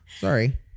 Sorry